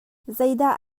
zeidah